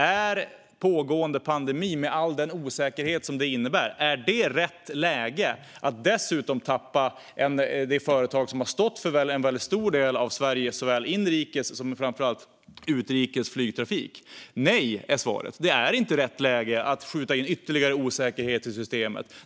Är pågående pandemi, med all den osäkerhet den innebär, rätt läge att dessutom tappa det företag som har stått för en väldigt stor del av Sveriges inrikes och framför allt utrikes flygtrafik? Nej, är svaret. Detta är inte rätt läge att skjuta in ytterligare osäkerhet i systemet.